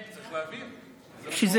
צריך להבין שזה,